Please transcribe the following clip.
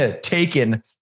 taken